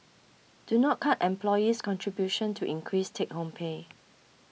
do not cut employee's contribution to increase take home pay